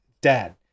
dad